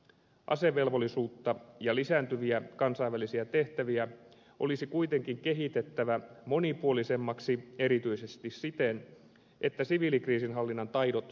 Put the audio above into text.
asevelvollisuutta ja lisääntyviä kansainvälisiä tehtäviä olisi kuitenkin kehitettävä monipuolisemmiksi erityisesti siten että siviilikriisinhallinnan taidot korostuvat